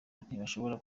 ntibashobora